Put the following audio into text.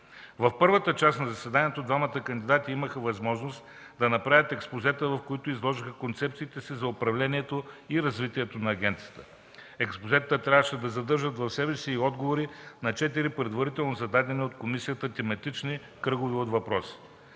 В първата част на заседанието двамата кандидати имаха възможност да направят експозета, в които изложиха концепциите си за управлението и развитието на агенцията. Експозетата трябваше да съдържат в себе си и отговори на четири предварително зададени от комисията тематични кръгове от въпроси.